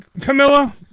Camilla